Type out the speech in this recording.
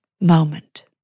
moment